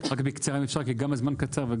בקצרה בבקשה, כי גם הזמן קצר.